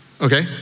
Okay